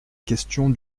question